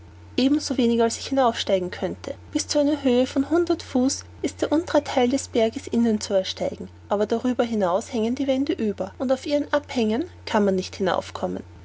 als ich hinaufsteigen könnte bis zu einer höhe von hundert fuß ist der untere theil des berges innen zu ersteigen aber darüber hinaus hängen die wände über und auf ihren abhängen kann man nicht